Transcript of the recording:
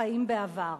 חיים בעבר.